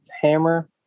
hammer